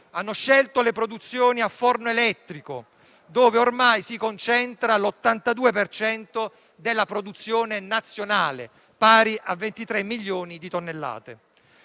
hanno scelto le produzioni a forno elettrico, su cui ormai si concentra l'82 per cento della produzione nazionale, pari a 23 milioni di tonnellate.